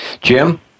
Jim